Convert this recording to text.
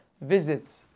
visits